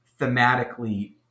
thematically